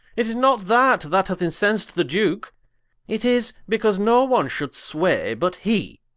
it is not that, that hath incens'd the duke it is because no one should sway but hee,